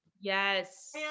Yes